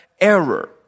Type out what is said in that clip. error